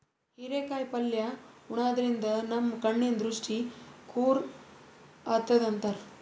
ಹಿರೇಕಾಯಿ ಪಲ್ಯ ಉಣಾದ್ರಿನ್ದ ನಮ್ ಕಣ್ಣಿನ್ ದೃಷ್ಟಿ ಖುರ್ ಆತದ್ ಅಂತಾರ್